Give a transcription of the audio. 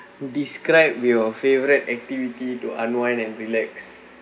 describe your favorite activity to unwind and relax